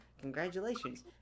congratulations